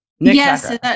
Yes